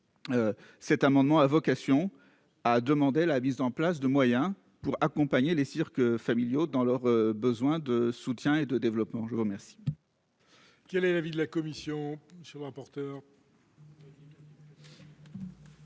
cet amendement tend à permettre la mise en place de moyens pour accompagner les cirques familiaux dans leur besoin de soutien et de développement. Quel